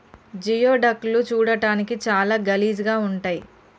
geoduck లు చూడడానికి చాలా గలీజ్ గా ఉంటయ్